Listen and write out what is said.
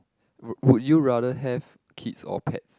would would you rather have kids or pets